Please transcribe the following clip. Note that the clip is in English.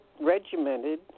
regimented